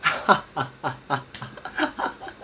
ha ha ha ha